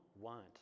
want